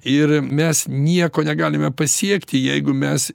ir mes nieko negalime pasiekti jeigu mes